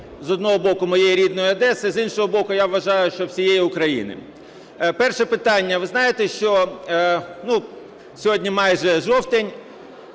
з одного боку, моєї рідної Одеси, з іншого боку, я вважаю, що всієї України. Перше питання. Ви знаєте, що сьогодні майже жовтень,